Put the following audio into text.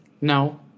No